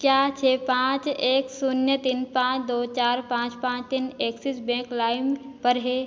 क्या छः पाँच एक शून्य तीन पाँच दो चार पाँच पाँच तीन एक्सिस बैंक लाइम पर है